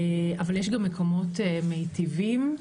אבל יש מקומות מיטיבים,